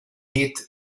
hit